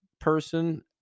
person